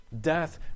Death